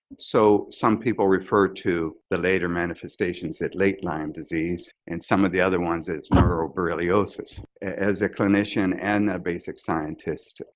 so some people referred to the later manifestations that late lyme disease and some of the other ones that it's neuroborreliosis. as a clinician and a basic scientist,